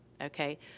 okay